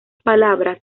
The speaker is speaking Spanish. palabras